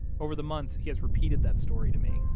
over the months he has repeated that story to me,